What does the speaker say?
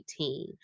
2018